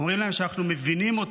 אומרים להם שאנחנו מבינים,